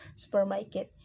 supermarket